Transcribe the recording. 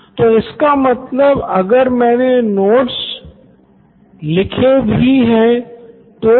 Nitin Kurian COO Knoin electronics मेरे हिसाब से बेहतर अधिगुम परिणाम हो सकता है